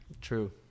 true